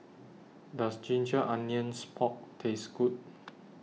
Does Ginger Onions Pork Taste Good